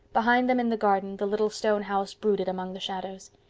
behind them in the garden the little stone house brooded among the shadows.